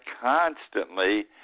constantly